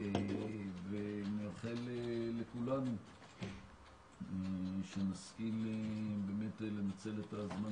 ומאחל לכולנו שנשכיל באמת לנצל את הזמן